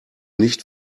nicht